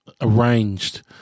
arranged